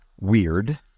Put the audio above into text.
weird